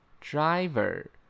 Driver